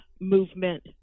movement